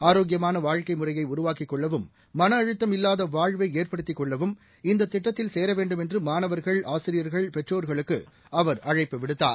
ஆரோக்கியமான வாழ்க்கை முறையை உருவாக்கிக் கொள்ளவும் மனஅழுத்தம் இல்லாத வாழ்வை ஏற்படுத்திக் கொள்ளவும் இந்த திட்டத்தில் சேர வேண்டும் என்று மாணவர்கள் ஆசிரியர்கள் பெற்றோர்களுக்கு அவர் அழைப்பு விடுத்தார்